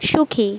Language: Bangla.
সুখী